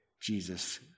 Jesus